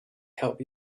help